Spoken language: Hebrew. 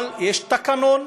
אבל יש תקנון: